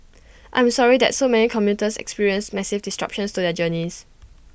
I am sorry that so many commuters experienced massive disruptions to the journeys